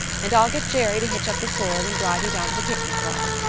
and i'll get jerry to hitch up the sorrel and drive down to the picnic ground.